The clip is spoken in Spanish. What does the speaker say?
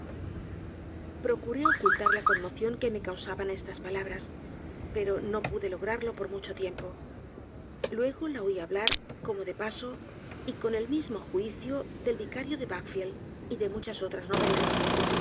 procuré ocultar la conmoción que me causaban estas palabras pero no pude lograrlo por mucho tiempo luego la oí hablar como de paso y con el mismo juicio del vicario de vakefield y de muchas otras novelas